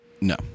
No